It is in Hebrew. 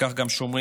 וכך גם שומרים